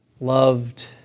loved